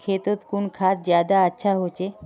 खेतोत कुन खाद ज्यादा अच्छा होचे?